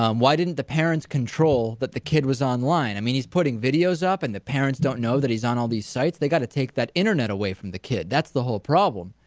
um why didn't the parents control that the kid was online? i mean, he's putting videos up and the parents don't know that he's on all these sites? they gotta take that internet away from the kid, that's the whole problem.